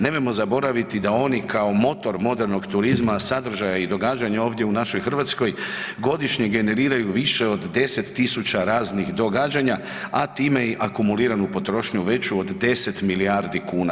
Nemojmo zaboraviti da oni kao motor modernog turizma sadržaja i događanja u našoj Hrvatskoj godišnje generiraju više od 10.000 raznih događanja, a time i akumuliranu potrošnju veću od 10 milijardi kuna.